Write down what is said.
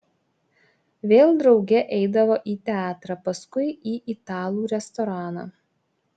vėl drauge eidavo į teatrą paskui į italų restoraną